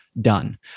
done